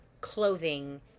clothing